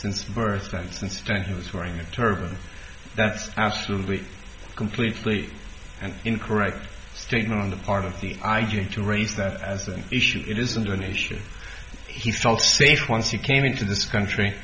since birth and since then he was wearing a turban that's absolutely completely an incorrect statement on the part of the i g to raise that as an issue it isn't an issue he felt safe once he came into this country